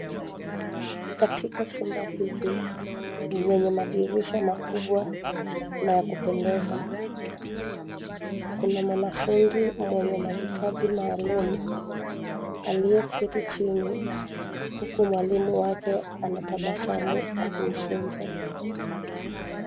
Katika chumba hiki yenye madirisha makubwa na ya kupendeza, kuna mwanafunzi mwenye mahitaji maalum aliye keti chini huku mwalimu wake anatabasamu akimfunza.